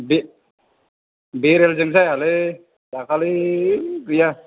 बे बेरेलजों जायालै दाखालि गैया